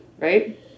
Right